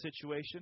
situation